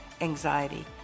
anxiety